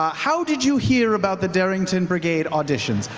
ah how did you hear about the darrington brigade auditions?